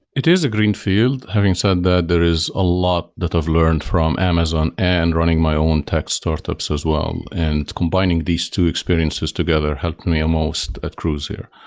it is a greenfield. having said that, there is a lot that i've learned from amazon and running my own tech startups as well. and combining these two experiences together helped me the most at cruise here.